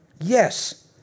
Yes